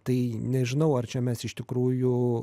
tai nežinau ar čia mes iš tikrųjų